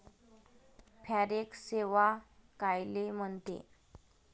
Forex सेवा कायले म्हनते?